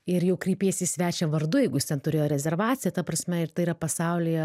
ir jau kreipiesi į svečią vardu jeigu jis ten turėjo rezervaciją ta prasme ir tai yra pasaulyje